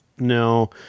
No